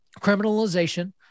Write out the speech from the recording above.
criminalization